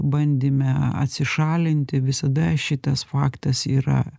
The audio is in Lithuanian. bandyme atsišalinti visada šitas faktas yra